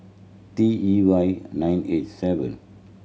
T E Y nine H seven